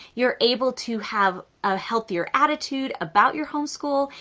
you're able to have a healthier attitude about your homeschool,